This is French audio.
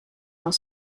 dans